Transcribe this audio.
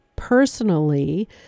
personally